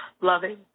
loving